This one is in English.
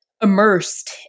immersed